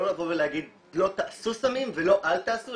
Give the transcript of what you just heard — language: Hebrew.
לא לבוא ולהגיד "תעשו סמים" ולא "אל תעשו".